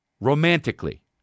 Romantically